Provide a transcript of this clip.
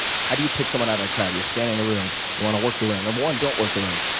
how do you pick someone out of the crowd? you're scanning the room you want to work the room. no. one, don't work the room.